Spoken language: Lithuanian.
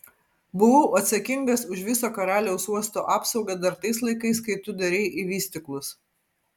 buvau atsakingas už viso karaliaus uosto apsaugą dar tais laikais kai tu darei į vystyklus